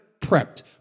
prepped